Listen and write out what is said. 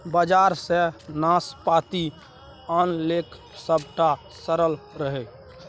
बजार सँ नाशपाती आनलकै सभटा सरल रहय